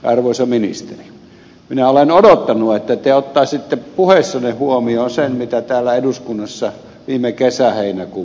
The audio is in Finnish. arvoisa ministeri minä olen odottanut että te ottaisitte puheissanne huomioon sen mitä täällä eduskunnassa viime kesäheinäkuun vaihteessa päätettiin